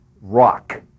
rock